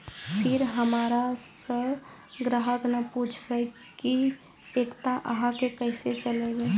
फिर हमारा से ग्राहक ने पुछेब की एकता अहाँ के केसे चलबै?